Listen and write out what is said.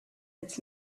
its